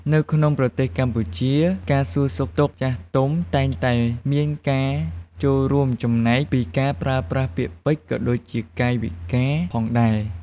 នៅក្នុងប្រទេសកម្ពុជា ការសួរសុខទុក្ខចាស់ទុំតែងតែមានការចូលរួមចំណែកពីការប្រើប្រាស់ពាក្យពេចន៍ ក៏ដូចជាកាយវិការផងដែរ។